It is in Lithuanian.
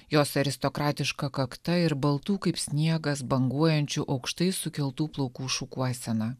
jos aristokratiška kakta ir baltų kaip sniegas banguojančių aukštai sukeltų plaukų šukuosena